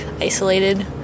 isolated